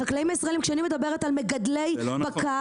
החקלאים הישראלים כשאני מדברת על מגדלי בקר,